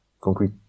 concrete